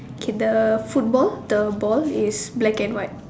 okay the football the ball is black and white